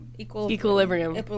Equilibrium